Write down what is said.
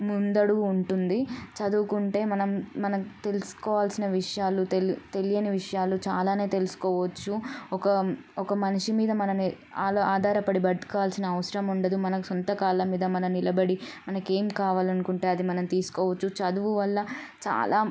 ముందడుగు ఉంటుంది చదువుకుంటే మనం మన తెలుసుకోవాల్సిన విషయాలు తెలి తెలియని విషయాలు చాలానే తెలుసుకోవచ్చు ఒక ఒక మనిషి మీద ఆ ఆధారపడి బతకాల్సిన అవసరం ఉండదు మనకు సొంత కాళ్ళ మీద మనం నిలబడి మనకేం కావాలనుకుంటే అది మనం తీసుకోవచ్చు చదువు వల్ల చాలా